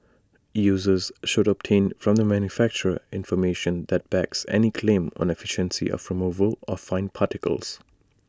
users should obtain from the manufacturer information that backs any claim on efficiency of removal of fine particles